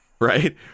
Right